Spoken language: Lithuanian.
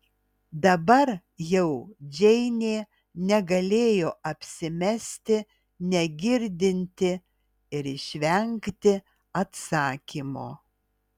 dabar jau džeinė negalėjo apsimesti negirdinti ir išvengti atsakymo